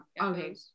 Okay